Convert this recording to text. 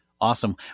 Awesome